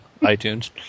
iTunes